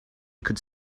could